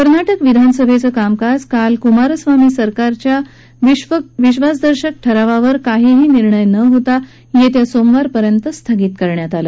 कर्नाटक विधानसभेचं कामकाज काल कुमारस्वामी सरकारच्या विश्वासदर्शक ठरावावर काहीही निर्णय न होता येत्या सोमवारपर्यंत स्थगित करण्यात आलं